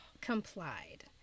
complied